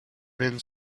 been